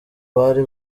bari